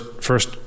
first